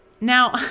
Now